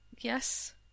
Yes